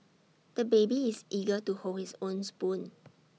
the baby is eager to hold his own spoon